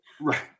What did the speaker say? Right